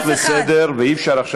את יודעת למה?